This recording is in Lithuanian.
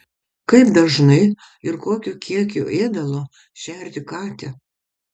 kaip dažnai ir kokiu kiekiu ėdalo šerti katę